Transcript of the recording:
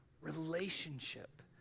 relationship